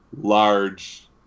large